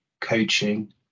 coaching